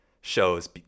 shows